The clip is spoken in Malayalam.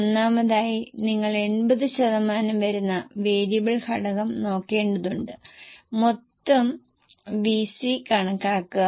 ഒന്നാമതായി നിങ്ങൾ 80 ശതമാനം വരുന്ന വേരിയബിൾ ഘടകം നോക്കേണ്ടതുണ്ട് മൊത്തം വിസി കണക്കാക്കുക